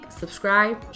subscribe